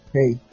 Hey